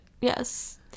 Yes